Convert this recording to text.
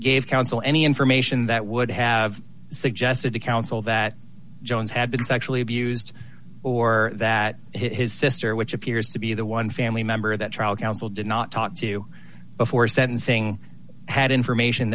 gave counsel any information that would have suggested to counsel that jones had been sexually abused or that his sister which appears to be the one family member of that trial counsel did not talk to before sentencing had information